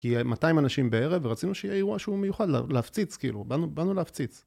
כי יהיו 200 אנשים בערב ורצינו שיהיה אירוע שהוא מיוחד להפציץ כאילו, באנו באנו להפציץ.